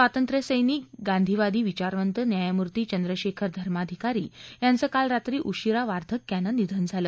स्वातंत्र्यसैनिक गांधीवादी विचारवंत न्यायमूर्ती चंद्रशेखर धर्माधिकारी यांचं काल रात्री उशीरा वार्धक्यानं निधन झालं